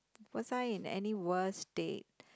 was I in any worse date